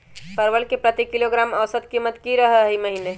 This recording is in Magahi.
परवल के प्रति किलोग्राम औसत कीमत की रहलई र ई महीने?